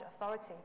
Authority